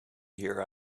here